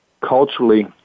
culturally